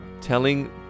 telling